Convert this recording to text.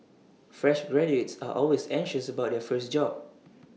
fresh graduates are always anxious about their first job